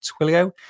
Twilio